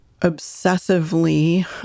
obsessively